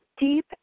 deep